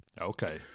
Okay